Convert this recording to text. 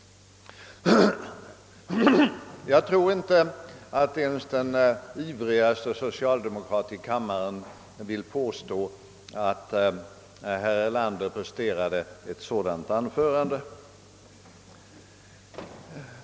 Jag tror inte att ens den ivrigaste socialdemokrat i kammaren vill påstå att herr Erlander presterade ett sådant anförande.